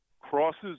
crosses